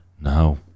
No